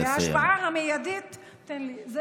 ואת ההשפעה המיידית של הפסקתן.